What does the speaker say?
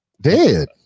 Dead